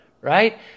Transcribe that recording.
Right